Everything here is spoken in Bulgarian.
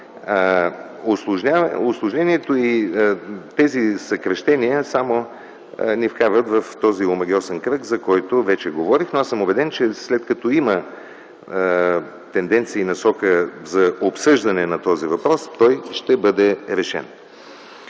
Усложнението при тези съкращения само ни вкарва в този омагьосан кръг, за който вече говорих, но аз съм убеден, че след като има тенденция и насока за обсъждане на този въпрос, той ще бъде решен.